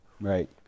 Right